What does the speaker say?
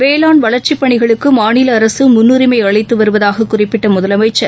வேளாண் வளர்ச்சிப்பணிகளுக்கு மாநில அரசு முன்னுரிமை அளித்து வருவதாக குறிப்பிட்ட முதலமைச்சர்